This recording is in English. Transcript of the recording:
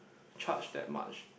charge that much